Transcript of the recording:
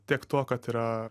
tiek tuo kad yra